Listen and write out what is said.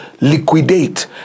liquidate